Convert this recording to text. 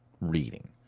reading